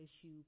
issue